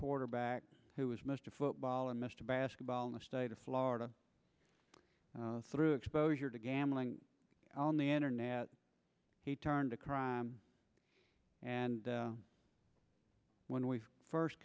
quarterback who was mr football and mr basketball in the state of florida through exposure to gambling on the internet he turned to crime and when we first